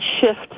shift